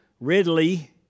Ridley